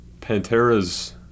Pantera's